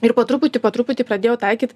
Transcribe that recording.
ir po truputį po truputį pradėjau taikyt